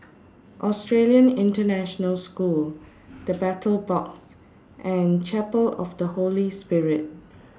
Australian International School The Battle Box and Chapel of The Holy Spirit